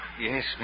Yes